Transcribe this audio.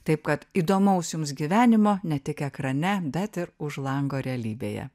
taip kad įdomaus jums gyvenimo ne tik ekrane bet ir už lango realybėje